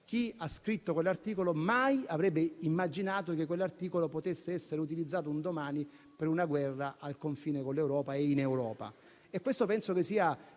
chi ha scritto quell'articolo mai avrebbe immaginato che lo stesso potesse essere utilizzato un domani per una guerra al confine con l'Europa e in Europa. Credo che questo